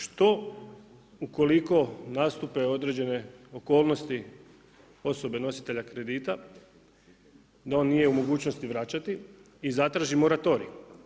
Što ukoliko nastupe određene okolnosti osobe nositelja kredita, da on nije u mogućnosti vraćati i zatraži moratorij?